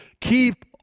keep